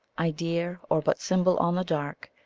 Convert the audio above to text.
idea, or but symbol on the dark,